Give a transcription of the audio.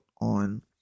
on